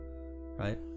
right